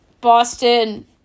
Boston